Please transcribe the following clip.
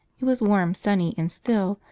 it was warm, sunny, and still,